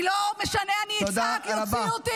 לא משנה, אני אצעק, יוציאו אותי.